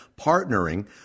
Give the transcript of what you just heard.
partnering